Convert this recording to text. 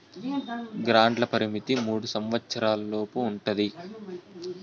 గ్రాంట్ల పరిమితి మూడు సంవచ్చరాల లోపు ఉంటది